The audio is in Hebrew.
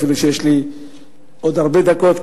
אפילו שיש לי עוד הרבה דקות,